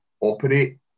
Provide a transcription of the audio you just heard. Operate